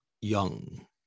young